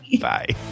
bye